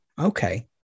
Okay